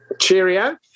Cheerio